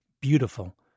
beautiful